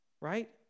Right